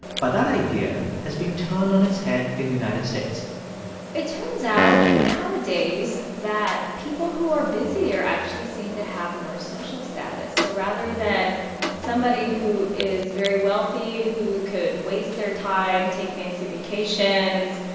but that idea has been turned on its head in the united states it turns out nowadays that people who are busier actually seem to have more social status. so rather than somebody who is very wealthy who could waste their time, take fancy vacations,